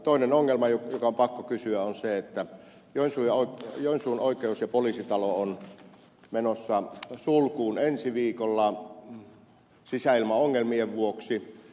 toinen ongelma josta on pakko kysyä on se että joensuun oikeus ja poliisitalo on menossa sulkuun ensi viikolla sisäilmaongelmien vuoksi